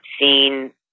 seen